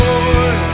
Lord